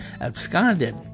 absconded